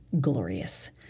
glorious